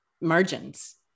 margins